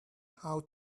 how